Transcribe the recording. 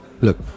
Look